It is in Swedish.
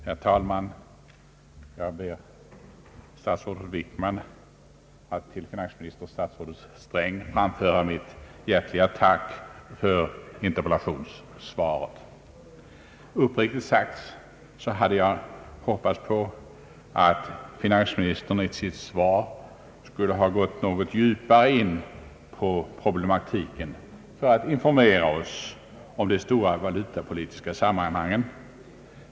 Herr talman! Jag ber statsrådet Wickman att till statsrådet Sträng framföra mitt hjärtliga tack för interpellationssvaret. Uppriktigt sagt hade jag hoppats att finansministern i sitt svar skulle ha gått djupare in i problematiken för att informera oss om de stora valutapolitiska sammanhangen.